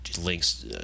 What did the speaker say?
links